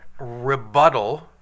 rebuttal